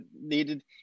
needed